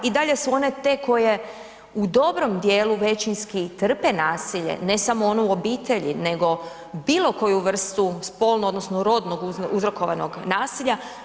I dalje su one te koje u dobrom dijelu većinski trpe nasilje ne samo onu obitelji, nego bilo koju vrstu spolnog odnosno rodnog uzrokovanog nasilja.